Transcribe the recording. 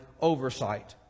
oversight